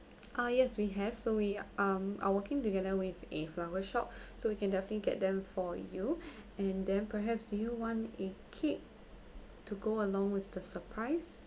ah yes we have so we um are working together with a flower shop so we can definitely get them for you and then perhaps do you want a cake to go along with the surprise